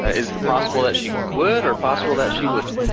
is it possible that she would or possible that she wouldn't?